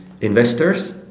investors